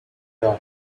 dawn